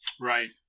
Right